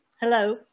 Hello